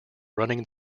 running